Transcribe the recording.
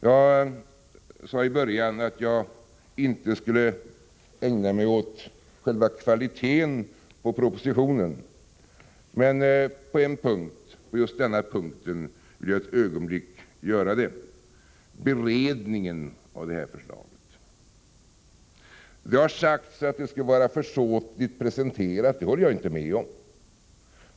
Jag sade i början av mitt anförande att jag inte skulle ägna mig åt själva kvaliteten på propositionen, men på just denna punkt vill jag för ett ögonblick göra det, och det gäller alltså beredningen av detta förslag. Det har sagts att förslaget skulle vara försåtligt presenterat. Det håller jag inte med om.